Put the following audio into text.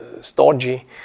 stodgy